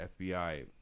FBI